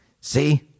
See